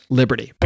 liberty